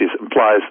implies